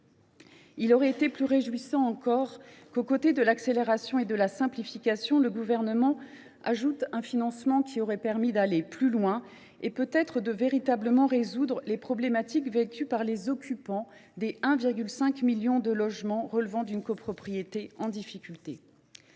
Il aurait été plus réjouissant encore que, à côté de l’accélération et de la simplification, le Gouvernement ajoute un volet financement qui aurait permis d’aller plus loin en vue de véritablement résoudre la situation des occupants des plus de 1,5 million de logements relevant d’une copropriété en difficulté.